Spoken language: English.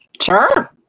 Sure